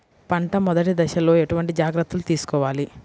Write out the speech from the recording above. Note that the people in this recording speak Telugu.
పంట మెదటి దశలో ఎటువంటి జాగ్రత్తలు తీసుకోవాలి?